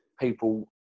people